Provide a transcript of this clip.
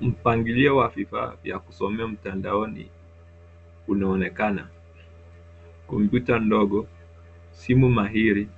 Mpangilio wa vifaa vya kusomea mtandaoni unaonekana. Kompyuta ndogo, simu mahiri,